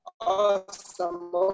Awesome